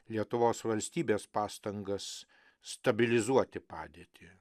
lietuvos valstybės pastangas stabilizuoti padėtį